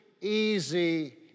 easy